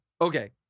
Okay